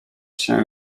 się